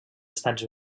estats